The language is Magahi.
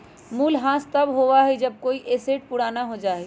मूल्यह्रास तब होबा हई जब कोई एसेट पुराना हो जा हई